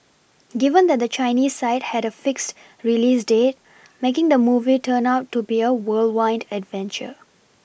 given that the Chinese side had a fixed release date making the movie turned out to be a whirlwind adventure